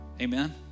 Amen